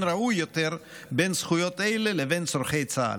ראוי יותר בין זכויות אלו לבין צורכי צה"ל.